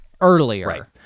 earlier